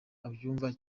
abyumva